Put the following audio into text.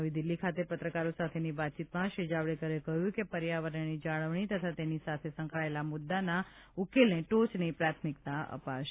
નવી દિલ્હી ખાતે પત્રકારો સાથેની વાતચીતમાં શ્રી જાવડેકરે કહ્યું કે પર્યાવરણની જાળવણી તથા તેની સાથે સંકળાયેલા મુદ્દાના ઉકેલને ટોચની પ્રાથમિકતા અપાશે